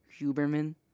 Huberman